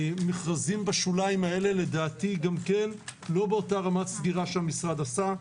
מכרזים בשוליים האלה גם כן לדעתי לא באותה רמת סגירה שהמשרד עשה.